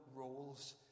roles